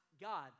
God